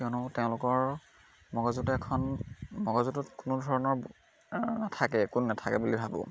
কিয়নো তেওঁলোকৰ মগজুটো এখন মগজুত কোনো ধৰণৰ নাথাকে কোনো নাথাকে বুলি ভাবোঁ